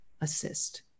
assist